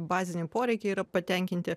baziniai poreikiai yra patenkinti